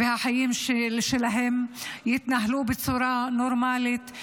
שהחיים שלהם יתנהלו בצורה נורמלית.